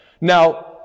Now